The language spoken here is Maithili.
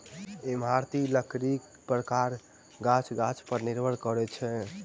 इमारती लकड़ीक प्रकार गाछ गाछ पर निर्भर करैत अछि